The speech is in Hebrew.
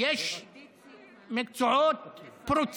ולעיתים לשלם על זה הרבה מאוד